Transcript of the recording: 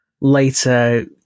later